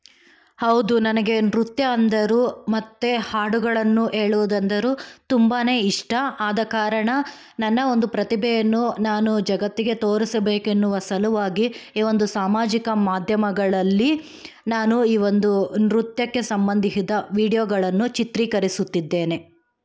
ಹೌದು ನನಗೆ ನೃತ್ಯ ಅಂದರೆ ಮತ್ತು ಹಾಡುಗಳನ್ನು ಹೇಳುವುದಂದರೂ ತುಂಬ ಇಷ್ಟ ಆದ ಕಾರಣ ನನ್ನ ಒಂದು ಪ್ರತಿಭೆಯನ್ನು ನಾನು ಜಗತ್ತಿಗೆ ತೋರಿಸಬೇಕೆನ್ನುವ ಸಲುವಾಗಿ ಈ ಒಂದು ಸಾಮಾಜಿಕ ಮಾಧ್ಯಮಗಳಲ್ಲಿ ನಾನು ಈ ಒಂದು ನೃತ್ಯಕ್ಕೆ ಸಂಬಂಧಿಸಿದ ವಿಡಿಯೋಗಳನ್ನು ಚಿತ್ರೀಕರಿಸುತ್ತಿದ್ದೇನೆ